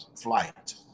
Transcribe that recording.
flight